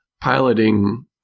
piloting